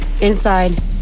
Inside